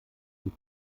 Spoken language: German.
die